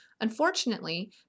Unfortunately